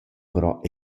però